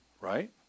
Right